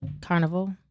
Carnival